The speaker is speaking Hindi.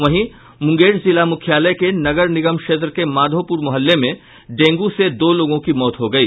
वहीं मुंगेर जिला मुख्यालय के नगर निगम क्षेत्र के माधोपुर मुहल्ले में डेंगू से दो लोगों की मौत हो गयी